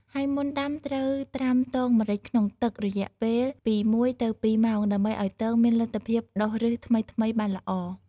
ហើយមុនដាំត្រូវត្រាំទងម្រេចក្នុងទឹក រយៈពេលពី ១ ទៅ ២ ម៉ោង ដើម្បីឱ្យទងមានលទ្ធភាពដុះឫសថ្មីៗបានល្អ។